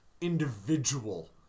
individual